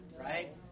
right